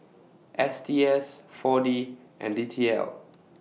S T S four D and D T L